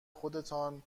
خودتان